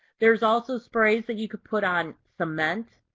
there's also sprays that you can put on cement,